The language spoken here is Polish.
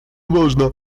można